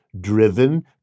driven